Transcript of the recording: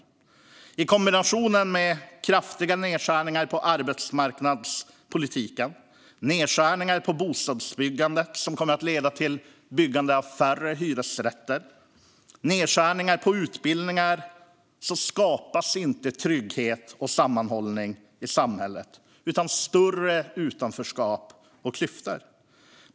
Detta i kombination med kraftiga nedskärningar på arbetsmarknadspolitiken, nedskärningar på bostadsbyggandet som kommer att leda till byggande av färre hyresrätter och nedskärningar på utbildningar skapar inte trygghet och sammanhållning i samhället utan i stället större utanförskap och klyftor.